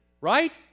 right